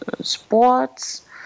sports